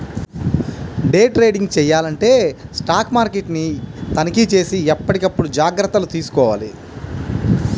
day trading చెయ్యాలంటే stock మార్కెట్ని తనిఖీచేసి ఎప్పటికప్పుడు జాగర్తలు తీసుకోవాలి